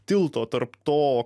tilto tarp to